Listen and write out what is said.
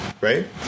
Right